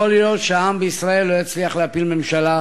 יכול להיות שהעם בישראל לא יצליח להפיל ממשלה,